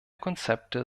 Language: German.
konzepte